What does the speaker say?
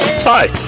Hi